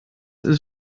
ist